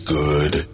good